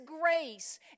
grace